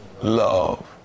love